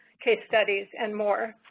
case studies and more.